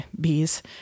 bees